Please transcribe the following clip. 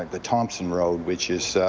like the thompson road which is